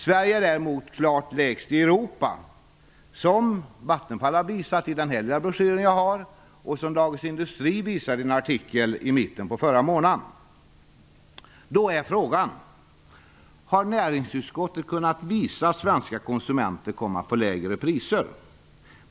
Sverige däremot har klart lägst priser i Europa, vilket Vattenfall har visat i en liten brochyr jag har och vilket Dagens Industri visade i en artikel i mitten av förra månaden. Då är frågan: Har näringsutskottet kunnat visa att svenska konsumenter kommer att få lägre priser?